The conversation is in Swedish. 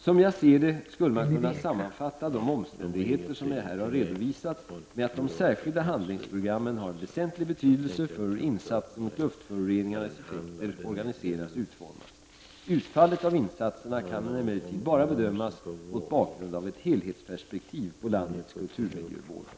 Som jag ser det skulle man kunna sammanfatta de omständigheter som jag här har redovisat med att de särskilda handlingsprogrammen har en väsentlig betydelse för hur insatser mot luftföroreningarnas effekter organiseras och utformas. Utfallet av insatserna kan emellertid bara bedömas mot bakgrund av ett helhetsperspektiv på landets kulturmiljövård.